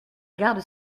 garde